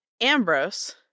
Ambrose